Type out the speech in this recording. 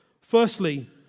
Firstly